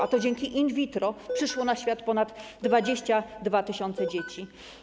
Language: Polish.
A to dzięki in vitro przyszło na świat ponad 22 tys. dzieci.